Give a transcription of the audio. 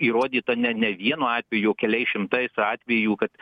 įrodyta ne ne vienu atveju o keliais šimtais atvejų kad